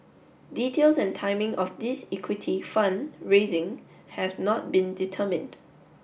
details and timing of this equity fund raising have not been determined